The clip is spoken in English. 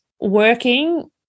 working